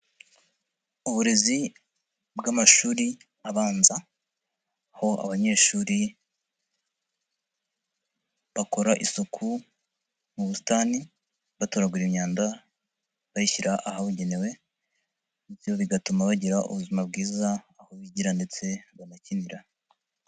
Uburezi bw'amashuri abanza, aho abanyeshuri bakora isuku mu busitani batoragura imyanda bayishyira ahabugenewe, ibyo bigatuma bagira ubuzima bwiza aho bigira ndetse banakinira.